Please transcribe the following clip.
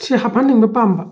ꯁꯤ ꯍꯥꯞꯍꯟꯅꯤꯡꯕ ꯄꯥꯝꯕ